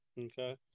Okay